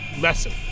lesson